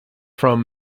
from